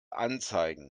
anzeigen